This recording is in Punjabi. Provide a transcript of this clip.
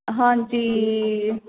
ਹਾਂਜੀ